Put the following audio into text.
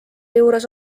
juures